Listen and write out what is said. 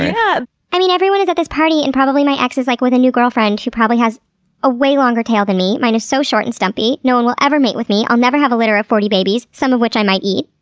yeah i mean, everyone is at this party and probably my ex is like with a new girlfriend who probably has a way longer tail than me. mine is so short and stumpy. no one will ever mate with me. i'll never have a litter of forty babies, some of which i might eat.